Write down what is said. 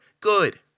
Good